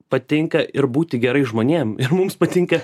patinka ir būti gerais žmonėm ir mums patinka